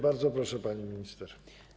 Bardzo proszę, pani minister.